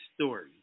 story